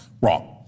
Wrong